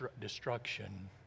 destruction